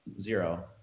zero